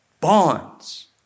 bonds